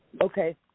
Okay